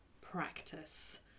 practice